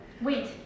Wait